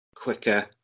quicker